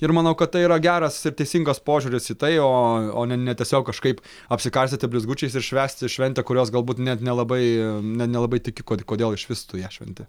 ir manau kad tai yra geras ir teisingas požiūris į tai o o ne ne tiesiog kažkaip apsikarstyti blizgučiais ir švęsti šventę kurios galbūt net nelabai ne nelabai tiki kod kodėl išvis tu ją šventi